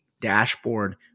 dashboard